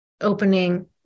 opening